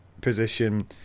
position